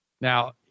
Now